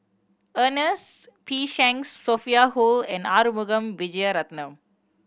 Ernest P Shanks Sophia Hull and Arumugam Vijiaratnam